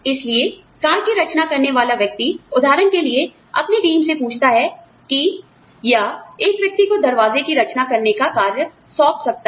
इसलिए कार की रचना करने वाला व्यक्ति उदाहरण के लिए अपनी टीम से पूछ सकता है कि आप जानते हैं या एक व्यक्ति को दरवाजे की रचना करने का कार्य सौंप सकता है